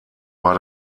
war